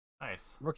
Nice